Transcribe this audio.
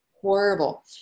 Horrible